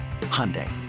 Hyundai